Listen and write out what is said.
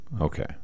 Okay